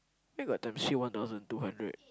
where got times three one thousand two hundred